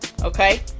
Okay